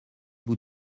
vous